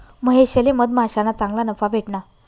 महेशले मधमाश्याना चांगला नफा भेटना